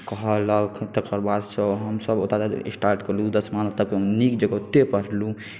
कहलक तकर बादसँ हमसभ ओतयसँ स्टार्ट केलहुँ दसमा तक नीक जँका ओतहि पढ़लहुँ